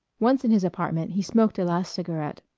once in his apartment he smoked a last cigarette,